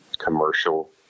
Commercial